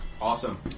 Awesome